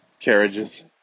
carriages